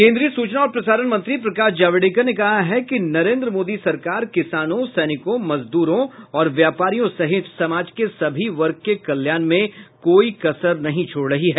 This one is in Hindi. केन्द्रीय सूचना और प्रसारण मंत्री प्रकाश जावड़ेकर ने कहा है कि नरेन्द्र मोदी सरकार किसानों सैनिकों मजदूरों और व्यापारियों सहित समाज के सभी वर्ग के कल्याण में कोई कसर नहीं छोड़ रही है